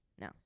no